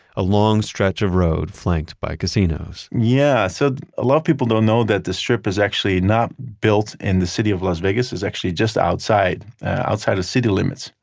a long stretch of road flanked by casinos yeah. so a lot of people don't know that the strip is actually not built in the city of las vegas. it's actually just outside outside of city limits,